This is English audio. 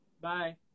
Bye